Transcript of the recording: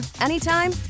anytime